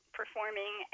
performing